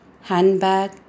handbag